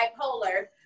bipolar